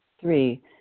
Three